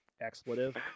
expletive